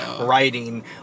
writing